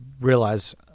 realize